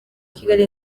kigali